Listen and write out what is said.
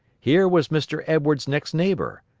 here was mr. edwards's next neighbor.